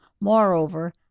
moreover